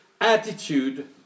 attitude